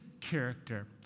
character